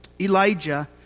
Elijah